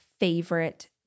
favorite